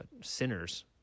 sinners